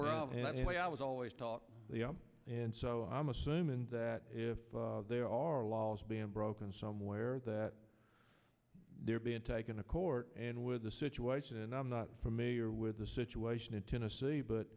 what i was always taught and so i'm assuming that if there are laws being broken somewhere that they're being taken to court and with the situation and i'm not familiar with the situation in tennessee but